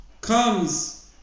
Comes